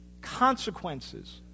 consequences